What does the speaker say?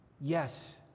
Yes